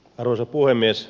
arvoisa puhemies